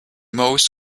most